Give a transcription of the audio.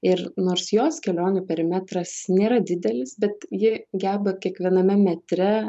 ir nors jos kelionių perimetras nėra didelis bet ji geba kiekviename metre